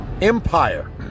Empire